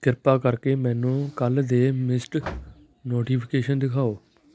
ਕ੍ਰਿਪਾ ਕਰਕੇ ਮੈਨੂੰ ਕੱਲ੍ਹ ਦੇ ਮਿਸਡ ਨੋਟੀਫਿਕੇਸ਼ਨ ਦਿਖਾਓ